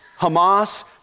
Hamas